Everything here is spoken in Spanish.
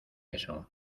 eso